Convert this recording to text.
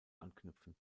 anknüpfen